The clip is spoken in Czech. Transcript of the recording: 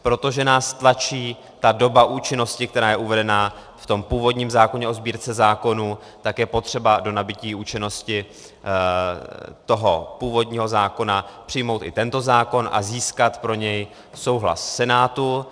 Protože nás tlačí doba účinnosti, která je uvedena v tom původním zákoně o Sbírce zákonů, tak je potřeba do nabytí účinnosti toho původního zákona přijmout i tento zákon a získat pro něj souhlas Senátu.